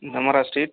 Bhramara street